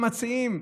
הם מציעים.